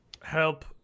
help